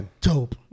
Dope